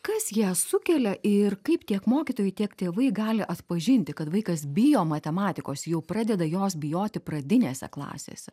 kas ją sukelia ir kaip tiek mokytojai tiek tėvai gali atpažinti kad vaikas bijo matematikos jau pradeda jos bijoti pradinėse klasėse